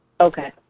Okay